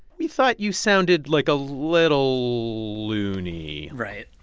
we thought you sounded, like, a little loony right.